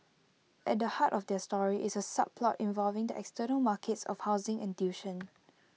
at the heart of their story is A subplot involving the external markets of housing and tuition